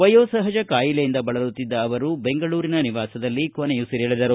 ವಯೋಸಪಜ ಕಾಯಿಲೆಯಿಂದ ಬಳಲುತ್ತಿದ್ದ ಅವರು ಬೆಂಗಳೂರಿನ ನಿವಾಸದಲ್ಲಿ ಕೊನೆಯುಸಿರೆಳೆದರು